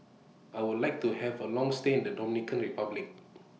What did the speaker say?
I Would like to Have A Long stay in The Dominican Republic